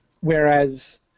whereas